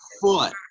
foot